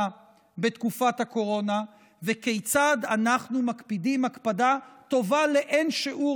בתקופת הקורונה וכיצד אנחנו מקפידים הקפדה טובה לאין שיעור